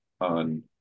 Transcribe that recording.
on